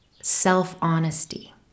self-honesty